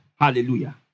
Hallelujah